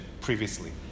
previously